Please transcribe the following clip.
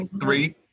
three